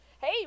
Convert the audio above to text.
hey